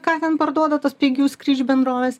ką ten parduoda tos pigių skrydžių bendrovės